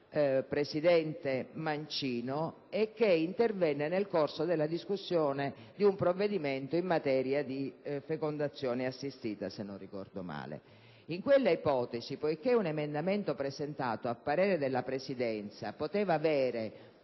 presidenza Mancino, e che intervenne nel corso della discussione di un provvedimento in materia di fecondazione assistita, se non ricordo male. In tale contesto, poiché un emendamento presentato, a parere della Presidenza, poteva avere